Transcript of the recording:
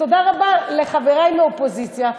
ותודה רבה לחברי מהאופוזיציה,